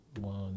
One